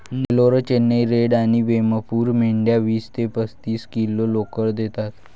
Nellore, Chennai red आणि वेमपूर मेंढ्या वीस ते पस्तीस किलो लोकर देतात